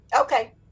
Okay